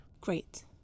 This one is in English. Great